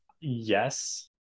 Yes